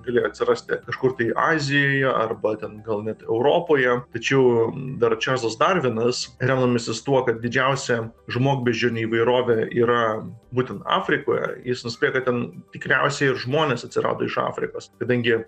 galėjo atsirasti kažkur tai azijoje arba ten gal net europoje tačiau dar čarlzas darvinas remdamasis tuo kad didžiausia žmogbeždžionių įvairovė yra būtent afrikoje jis nuspėjo kad ten tikriausiai ir žmonės atsirado iš afrikos kadangi